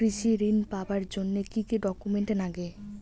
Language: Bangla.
কৃষি ঋণ পাবার জন্যে কি কি ডকুমেন্ট নাগে?